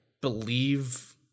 believe